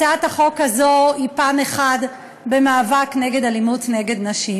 הצעת החוק הזו היא פן אחד במאבק נגד אלימות נגד נשים.